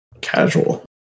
casual